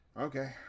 Okay